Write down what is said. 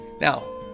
Now